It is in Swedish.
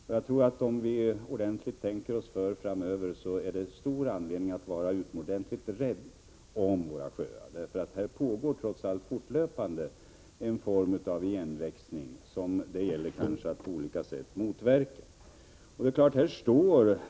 Om vi tänker på framtiden, tror jag att det finns det stor anledning att vara utomordentligt rädd om våra sjöar, eftersom det fortlöpande pågår en form av igenväxning som det gäller att på olika sätt motverka.